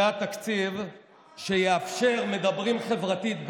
זה התקציב שיאפשר מדברים חברתית?